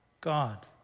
God